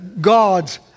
God's